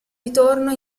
ritorno